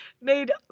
made